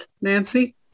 Nancy